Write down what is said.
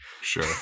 Sure